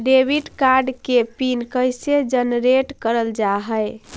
Debit card के PIN कैसे generate करल जाहै?